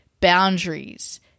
boundaries